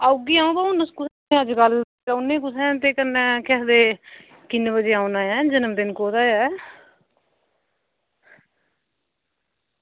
औगी अं'ऊ बा हून तुस कुत्थें अज्जकल रौह्ने कुत्थें ते कन्नै केह् आखदे किन्ने बजे औना ऐ जनमदिन कोह्दा ऐ